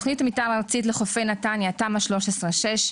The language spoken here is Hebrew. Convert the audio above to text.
תכנית מתאר ארצית לחופי נתניה תמ״א 6/13,